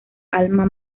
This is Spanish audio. alma